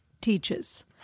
teachers